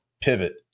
pivot